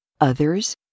Others